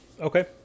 okay